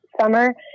summer